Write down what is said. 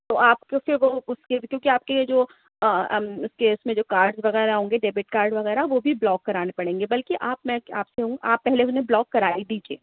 تو آپ کیونکہ وہ اُس کے کیونکہ آپ کے جو اُس کے اِس میں جو کارڈ وغیرہ ہوں گے ڈیبٹ کارڈ وغیرہ وہ بھی بلاک کرانے پڑیں گے بلکہ آپ میں آپ سے ہوں آپ پہلے اُنہیں بلاک کرا ہی دیجیے